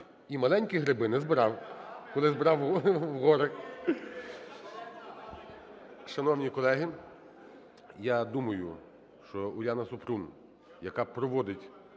І маленькі гриби не збирав, коли я збирав в горах. Шановні колеги, я думаю, що Уляна Супрун, яка проводить